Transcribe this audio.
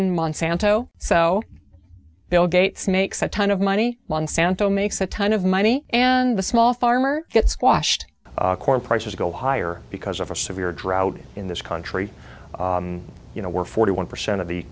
in monsanto so bill gates makes a ton of money monsanto makes a ton of money and the small farmer gets squashed corn prices go higher because of a severe drought in this country you know where forty one percent of the